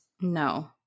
No